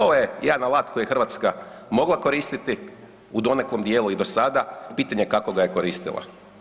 Ovo je jedan alat koji Hrvatska mogla koristiti u nekom dijelu i do sada, pitanje kako ga je koristila.